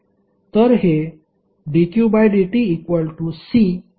तर हे dqdtCdvdt होईल